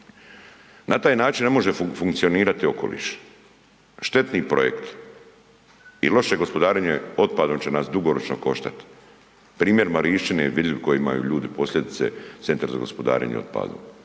Na taj način ne može funkcionirati okoliš. Štetni projekti i loše gospodarenje otpadom će nas dugoročno koštati. Primjer Marišćine je vidljiv koje imaju ljudi posljedice centar za gospodarenje otpadom,